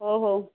ହଉ ହଉ